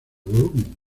volumen